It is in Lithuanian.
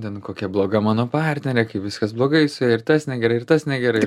ten kokia bloga mano partnerė kai viskas blogai ir tas negerai ir tas negerai